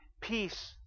peace